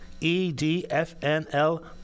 E-D-F-N-L